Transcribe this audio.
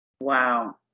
Wow